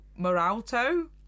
Moralto